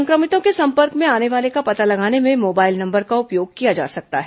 संक्रमितों के संपर्क में आने वाले का पता लगाने में मोबाइल नंबर का उपयोग किया जा सकता है